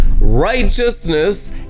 righteousness